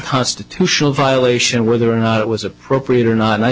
constitutional violation whether or not it was appropriate or not and i